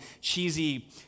cheesy